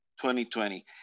2020